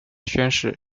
宣誓